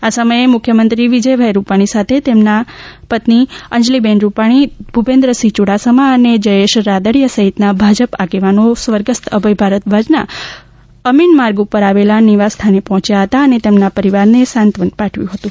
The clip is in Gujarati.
આ સમયે મુખ્યમંત્રી વિજય રૂપાણી સાથે તેમના પત્ની અંજલિબેન રૂપાણી ભૂપેન્દ્રસિંહ યુડાસમા અને જયેશ રાદડિયા સહિતના ભાજપ આગેવાનો સ્વર્ગસ્થ અભય ભારદ્વાજના અમિન માર્ગ ઉપર આવેલા નિવાસ સ્થાને પહોંચ્યા હતા અને તેમના પરિવારને સાંત્વન પાઠવ્યું હતું